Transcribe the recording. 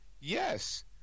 Yes